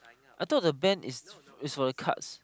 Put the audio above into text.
I thought the band is is for the karts